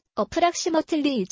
approximately